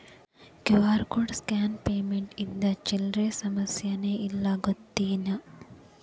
QR code scan payment ಇಂದ ಚಿಲ್ಲರ್ ಸಮಸ್ಯಾನ ಇಲ್ಲ ಗೊತ್ತೇನ್?